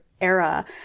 era